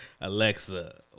Alexa